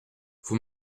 vous